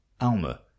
Alma